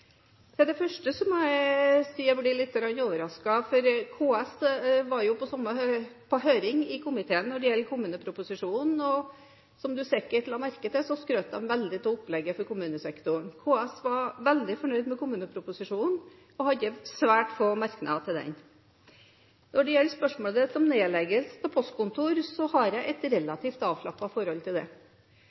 Til det første må jeg si jeg ble litt overrasket. KS var jo på høring i komiteen om kommuneproposisjonen. Som representanten sikkert la merke til, skrøt de veldig av opplegget for kommunesektoren. KS var veldig fornøyd med kommuneproposisjonen og hadde svært få merknader til den. Når det gjelder spørsmålet om nedleggelse av postkontor, har jeg et relativt avslappet forhold til det.